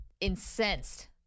incensed